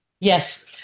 Yes